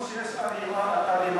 כמו שיש אריה מכלוף,